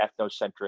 ethnocentric